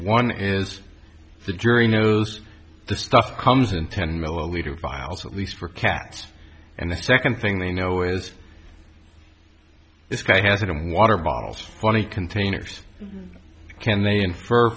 one is the jury knows the stuff comes in ten milliliter files at least for cats and the second thing they know is this guy has it and water bottles funny containers can they infer